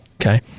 okay